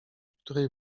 której